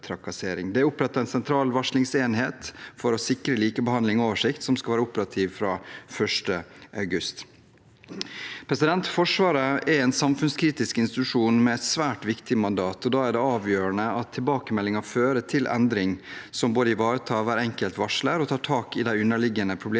er opprettet en sentral varslingsenhet for å sikre likebehandling og oversikt. Den skal være operativ fra 1. august. Forsvaret er en samfunnskritisk institusjon med et svært viktig mandat, og da er det avgjørende at tilbakemeldingen fører til endring som både ivaretar hver enkelt varsler og tar tak i de underliggende problemene